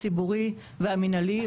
גם המשפט הציבורי והמנהלי,